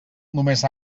només